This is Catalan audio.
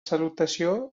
salutació